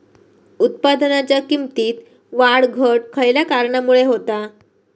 उत्पादनाच्या किमतीत वाढ घट खयल्या कारणामुळे होता?